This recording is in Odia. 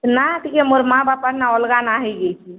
ନାଁ ଟିକେ ମୋର୍ ମାଆ ବାପାର୍ ନାଁ ଅଲ୍ଗା ନାଁ ହେଇଯାଇଛେ